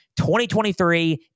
2023